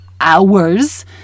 hours